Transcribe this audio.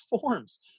forms